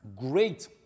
Great